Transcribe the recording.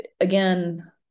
again